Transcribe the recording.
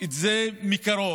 את זה מקרוב,